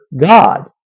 God